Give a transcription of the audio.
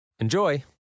Enjoy